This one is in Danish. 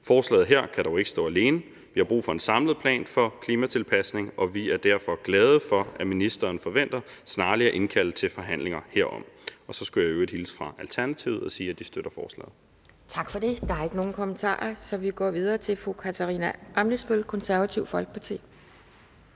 Forslaget her kan dog ikke stå alene. Vi har brug for en samlet plan for klimatilpasning, og vi er derfor glade for, at ministeren forventer snarlig at indkalde til forhandlinger herom. Så skulle jeg i øvrigt hilse fra Alternativet og sige, at de støtter forslaget. Kl. 11:15 Anden næstformand (Pia Kjærsgaard): Tak for det. Der er ikke nogen, der har kommentarer, så vi går videre til fru Katarina Ammitzbøll, Konservative Folkeparti.